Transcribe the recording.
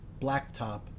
blacktop